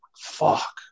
Fuck